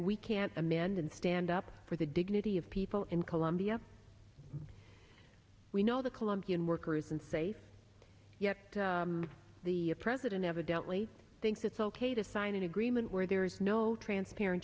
we can't amend and stand up for the dignity of people in colombia we know the colombian workers unsafe yet the president evidently thinks it's ok to sign an agreement where there is no transparent